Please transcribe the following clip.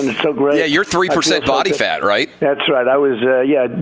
so great. yeah. you're three percent body fat, right? that's right. i was. ah yeah,